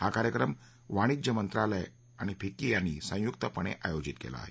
हा कार्यक्रम वाणिज्य मंत्रालय आणि फिक्की यांनी संयुक्तपणे आयोजित केला आहे